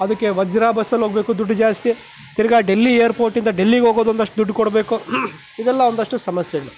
ಅದಕ್ಕೆ ವಜ್ರ ಬಸ್ಸಲ್ಲಿ ಹೋಗಬೇಕು ದುಡ್ಡು ಜಾಸ್ತಿ ತಿರ್ಗಾ ಡೆಲ್ಲಿ ಏರ್ಪೋರ್ಟ್ ಇಂದ ಡೆಲ್ಲಿಗೆ ಹೋಗೋದು ಒಂದಷ್ಟು ದುಡ್ಡು ಕೊಡಬೇಕು ಇದೆಲ್ಲ ಒಂದಷ್ಟು ಸಮಸ್ಯೆಗಳು